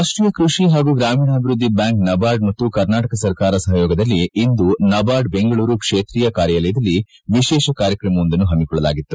ರಾಷ್ಟೀಯ ಕೃಷಿ ಹಾಗೂ ಗ್ರಾಮೀಣಾಭಿವೃದ್ದಿ ಬ್ಯಾಂಕ್ ನಬಾರ್ಡ್ ಮತ್ತು ಕರ್ನಾಟಕ ಸರ್ಕಾರ ಸಹಯೋಗದಲ್ಲಿ ಇಂದು ನಬಾರ್ಡ್ ಬೆಂಗಳೂರು ಕ್ಷೇತ್ರ ಕಾರ್ಯಾಲಯದಲ್ಲಿ ವಿಶೇಷ ಕಾರ್ಯಕ್ರಮವೊಂದನ್ನು ಹಮ್ಮಿಕೊಳ್ಳಲಾಗಿತ್ತು